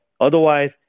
Otherwise